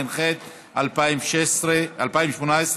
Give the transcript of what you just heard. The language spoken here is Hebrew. התשע"ח 2018,